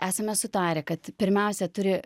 esame sutarę kad pirmiausia turi